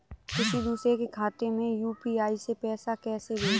किसी दूसरे के खाते में यू.पी.आई से पैसा कैसे भेजें?